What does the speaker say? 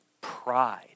pride